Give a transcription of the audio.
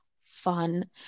fun